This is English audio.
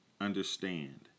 Understand